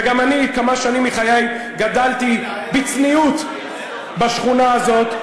וגם אני כמה שנים מחיי גדלתי בצניעות בשכונה הזאת.